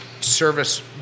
service